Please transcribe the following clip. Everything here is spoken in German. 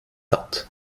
hat